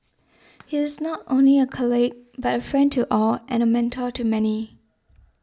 he is not only a colleague but a friend to all and a mentor to many